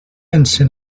encén